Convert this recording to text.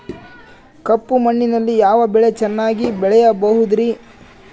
ಕಪ್ಪು ಮಣ್ಣಿನಲ್ಲಿ ಯಾವ ಬೆಳೆ ಚೆನ್ನಾಗಿ ಬೆಳೆಯಬಹುದ್ರಿ?